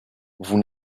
vous